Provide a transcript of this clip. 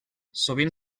sovint